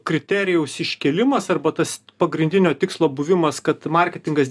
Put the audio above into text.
kriterijaus iškėlimas arba tas pagrindinio tikslo buvimas kad marketingas